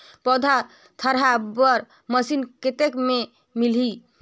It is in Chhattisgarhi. पौधा थरहा बर मशीन कतेक मे मिलही?